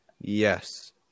Yes